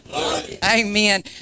Amen